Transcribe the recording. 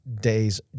day's